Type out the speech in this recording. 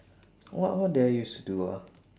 what what did I use to do ah